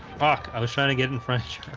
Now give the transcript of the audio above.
fuck i was trying to get in french